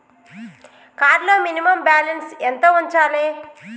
Card లో minimum balance ఎంత ఉంచాలే?